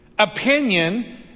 Opinion